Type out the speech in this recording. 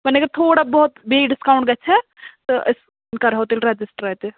وۅنۍ اگر تھوڑا بہت بیٚیہِ ڈِسکاوُنٛٹ گژھِ ہے تہٕ أسۍ کَرٕہَو تیٚلہِ رَجَسٹَر اَتہِ